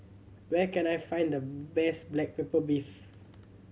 where can I find the best black pepper beef